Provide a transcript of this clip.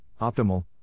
optimal